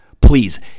please